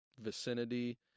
vicinity